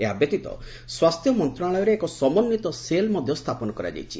ଏହାବ୍ୟତୀତ ସ୍ୱାସ୍ଥ୍ୟ ମନ୍ତ୍ରଣାଳୟରେ ଏକ ସମନ୍ୱିତ ସେଲ୍ ସ୍ଥାପନ କରାଯାଇଛି